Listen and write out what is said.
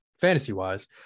fantasy-wise